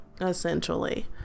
essentially